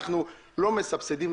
אנחנו לא מסבסדים,